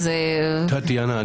טטיאנה,